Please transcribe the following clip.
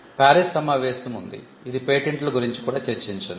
Paris సమావేశం ఉంది ఇది పేటెంట్ ల గురించి కూడా చర్చించింది